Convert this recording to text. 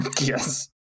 Yes